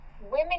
women